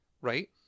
right